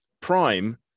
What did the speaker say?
Prime